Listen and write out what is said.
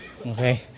Okay